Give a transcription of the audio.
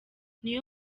niyo